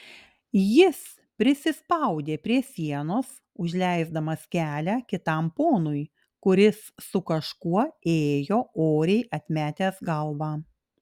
jis prisispaudė prie sienos užleisdamas kelią kitam ponui kuris su kažkuo ėjo oriai atmetęs galvą